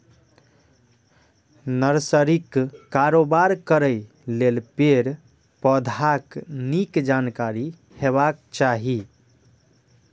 नर्सरीक कारोबार करै लेल पेड़, पौधाक नीक जानकारी हेबाक चाही